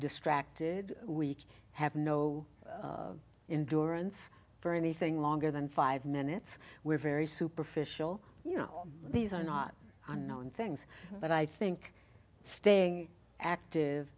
distracted we have no in durance for anything longer than five minutes we're very superficial you know these are not unknown things but i think staying active